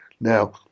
Now